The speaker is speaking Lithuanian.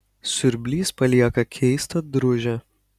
siurblys palieka keistą drūžę